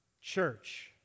church